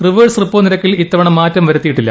reverse repo നിരക്കിൽ ഇത്തവണ മാറ്റം വരുത്തിയിട്ടില്ല